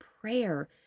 prayer